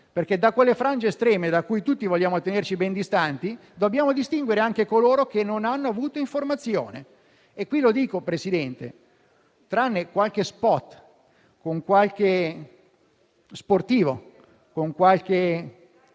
perché da quelle frange estreme, da cui tutti vogliamo tenerci ben distanti, dobbiamo distinguere anche coloro che non hanno avuto informazione. In effetti, signor Presidente, tranne qualche spot con qualche sportivo o con qualche